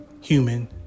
human